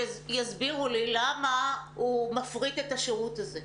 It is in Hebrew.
אני מבקשת שמשרד החינוך יסביר לי למה הוא מפריט את השירות הזה,